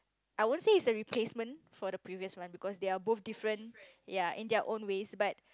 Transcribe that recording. I won't say it's a replacement for the previous one because they are both different ya in their own ways but